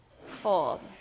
Fold